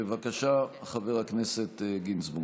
בבקשה, חבר הכנסת גינזבורג.